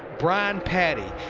brian paddy.